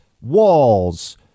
walls